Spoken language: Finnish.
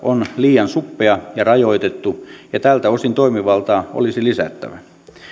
on liian suppea ja rajoitettu ja tältä osin toimivaltaa olisi lisättävä